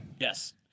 Yes